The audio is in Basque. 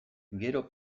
gero